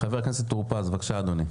חבר הכנסת טור פז, בבקשה אדוני.